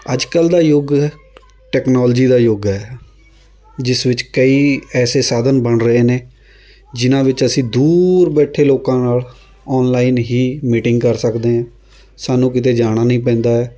ਅੱਜ ਕੱਲ੍ਹ ਦਾ ਯੁੱਗ ਟੈਕਨੋਲਜੀ ਦਾ ਯੁੱਗ ਹੈ ਜਿਸ ਵਿੱਚ ਕਈ ਐਸੇ ਸਾਧਨ ਬਣ ਰਹੇ ਨੇ ਜਿਹਨਾਂ ਵਿੱਚ ਅਸੀਂ ਦੂਰ ਬੈਠੇ ਲੋਕਾਂ ਨਾਲ਼ ਔਨਲਾਈਨ ਹੀ ਮੀਟਿੰਗ ਕਰ ਸਕਦੇ ਹਾਂ ਸਾਨੂੰ ਕਿਤੇ ਜਾਣੀ ਨਹੀਂ ਪੈਂਦਾ ਹੈ